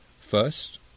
first